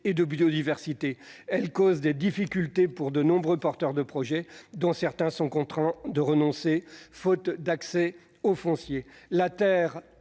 de biodiversité ; elle est source de difficultés pour de nombreux porteurs de projets, dont certains sont contraints de renoncer, faute d'accès au foncier. La terre est